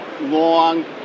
long